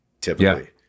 typically